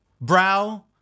brow